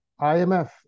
IMF